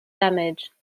damage